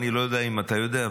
אני לא יודע אם אתה יודע,